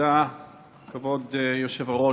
כבוד היושב-ראש,